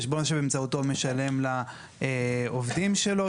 חשבון שבאמצעותו הוא משלם לעובדים שלו,